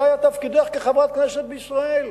זה היה תפקידך כחברת כנסת בישראל.